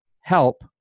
help